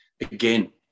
again